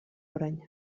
orain